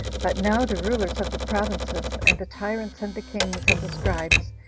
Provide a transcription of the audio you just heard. but now the rulers of the provinces, and the tyrants, and the kings, and the scribes,